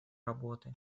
работы